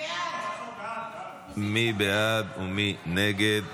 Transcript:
מי בעד ומי נגד?